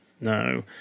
No